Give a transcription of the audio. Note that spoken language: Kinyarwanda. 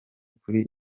kuri